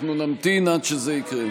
אנחנו נמתין עד שזה יקרה.